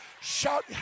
shout